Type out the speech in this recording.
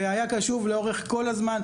והיה קשוב לאורך כל הזמן,